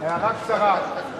אדוני היושב-ראש, הערה קצרה.